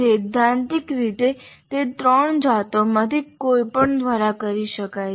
સૈદ્ધાંતિક રીતે તે 3 જાતોમાંથી કોઈપણ દ્વારા કરી શકાય છે